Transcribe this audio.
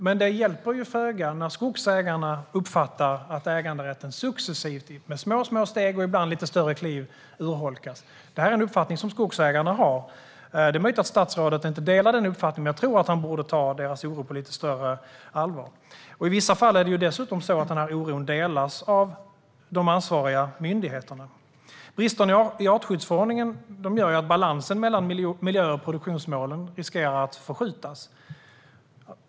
Men det hjälper föga när skogsägarna uppfattar att äganderätten successivt urholkas, med små steg och ibland lite större kliv. Det här är en uppfattning som skogsägarna har. Det är möjligt att statsrådet inte delar den uppfattningen, men jag tror att han borde ta deras oro på lite större allvar. I vissa fall är det dessutom så att den här oron delas av de ansvariga myndigheterna. Bristerna i artskyddsförordningen gör att balansen mellan miljö och produktionsmålen riskerar att förskjutas.